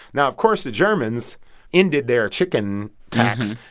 now, of course, the germans ended their chicken tax,